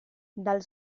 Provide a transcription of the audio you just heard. dal